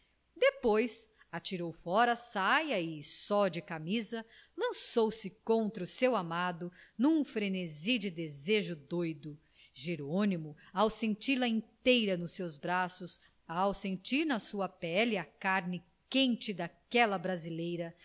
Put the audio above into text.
depois atirou fora a saia e só de camisa lançou-se contra o seu amado num frenesi de desejo doido jerônimo ao senti la inteira nos seus braços ao sentir na sua pele a carne quente daquela brasileira